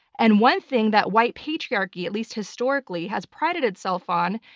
and one thing that white patriarchy, at least historically has prided itself on,